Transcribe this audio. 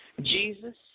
Jesus